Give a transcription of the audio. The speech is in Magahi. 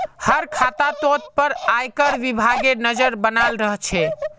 हर खातातोत पर आयकर विभागेर नज़र बनाल रह छे